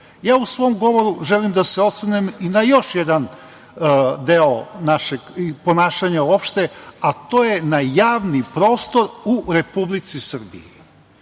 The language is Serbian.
svom govoru želim da se osvrnem na još jedan deo našeg ponašanja, a to je na javni prostor u Republici Srbiji.